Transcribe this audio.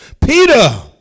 Peter